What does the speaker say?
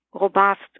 robust